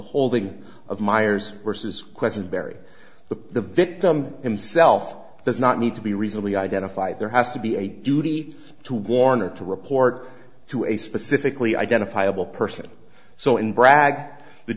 holding of meyers versus question barry the the victim himself does not need to be reasonably identified there has to be a duty to warn or to report to a specifically identifiable person so in bragg the